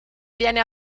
viene